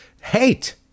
hate